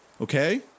Okay